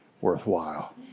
worthwhile